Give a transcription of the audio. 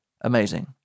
Amazing